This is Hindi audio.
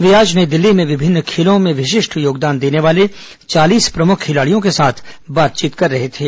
वे आज नई दिल्ली में विभिन्न खेलों में विशिष्ट योगदान देने वाले चालीस प्रमुख खिलाड़ियों के साथ बातचीत कर रहे थे